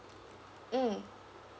mm